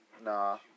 Nah